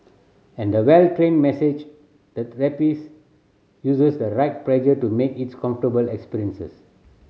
and the well trained massage therapist uses the right pressure to make its comfortable experience